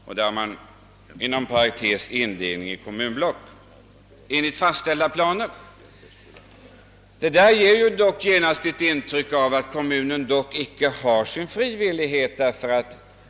Inom parentes tillägger man »indelning i kommunblock». »Enligt fastställda planer» ger dock genast ett intryck av att kommunen icke har sin fria vilja.